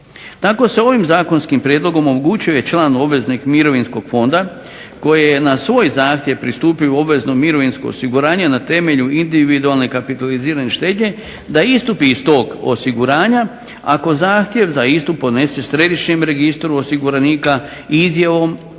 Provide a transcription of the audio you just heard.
Tako se ovim zakonskim prijedlogom omogućuje član obveznik mirovinskog fonda koji je na svoj zahtjev pristupio u obvezno mirovinsko osiguranje na temelju individualne kapitalizirane štednje, da istup iz tog osiguranja, ako zahtjev za istup podnese središnjem registru osiguranika i izjavom